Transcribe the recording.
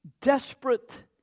desperate